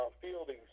fielding